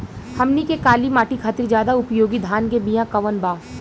हमनी के काली माटी खातिर ज्यादा उपयोगी धान के बिया कवन बा?